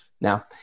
Now